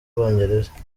bwongereza